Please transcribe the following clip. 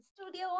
Studio